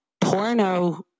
porno